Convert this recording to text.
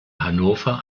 hannover